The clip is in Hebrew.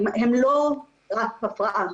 הם לא רק הפרעה,